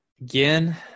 Again